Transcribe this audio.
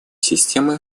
системы